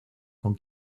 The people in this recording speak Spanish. con